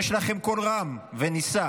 יש לכם קול רם ונישא.